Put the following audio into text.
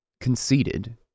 conceded